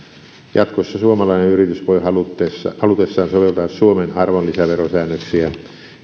jatkossa suomalainen yritys voi halutessaan halutessaan soveltaa suomen arvonlisäverosäännöksiä